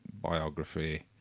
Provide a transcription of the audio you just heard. biography